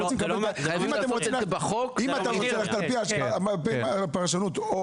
אם אתה רוצה ללכת על פי הפרשנות או,